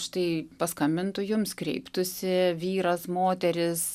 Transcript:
štai paskambintų jums kreiptųsi vyras moteris